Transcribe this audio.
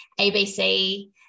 ABC